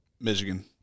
Michigan